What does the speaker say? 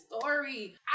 story